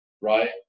right